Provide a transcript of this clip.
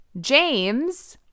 James